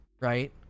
right